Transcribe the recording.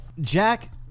Jack